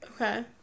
Okay